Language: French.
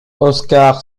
oskar